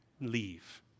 leave